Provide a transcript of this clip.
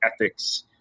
ethics